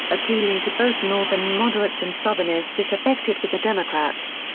appealing to both northern moderates and southerners disaffected with the democrats.